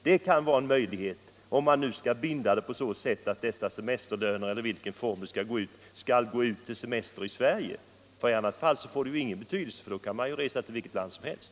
Det kan vara en möjlighet, om man binder subventionerna så att de ges för semester i Sverige. I annat fall får de ingen betydelse — då kan man ju resa till vilket land som helst.